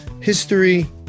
history